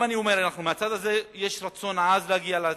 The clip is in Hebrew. אם אני אומר שמהצד הזה יש רצון עז להגיע להסכם,